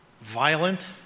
violent